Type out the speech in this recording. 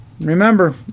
remember